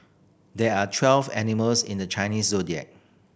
there are twelve animals in the Chinese Zodiac